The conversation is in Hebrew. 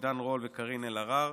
עידן רול וקארין אלהרר,